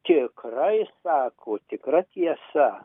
tikrai sako tikra tiesa